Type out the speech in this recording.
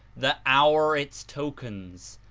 the hour its tokens,